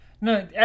No